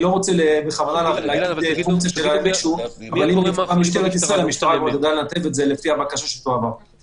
לא יחולו על דיון בעניינו של מי שמוחזק במעצר פתוח לפי סעיף